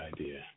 idea